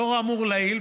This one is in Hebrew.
לאור האמור לעיל,